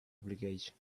obligation